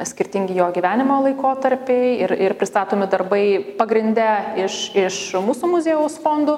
skirtingi jo gyvenimo laikotarpiai ir ir pristatomi darbai pagrinde iš iš mūsų muziejaus fondų